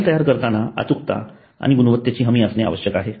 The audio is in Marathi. फाइल तयार करताना अचूकता आणि गुणवत्तेची हमी असणे आवश्यक आहे